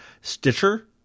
Stitcher